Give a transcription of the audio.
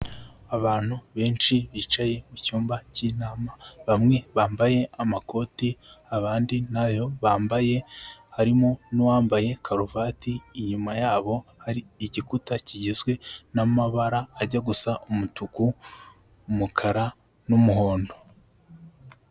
Abantu benshi bicaye mu cyumba cy'inama, bamwe bambaye amakoti, abandi ntayo bambaye, harimo n'uwambaye karuvati, inyuma yabo hari igikuta kigizwe n'amabara ajya gusa umutuku, umukara n'umuhondo.